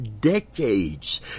decades